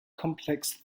complex